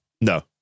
No